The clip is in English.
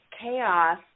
chaos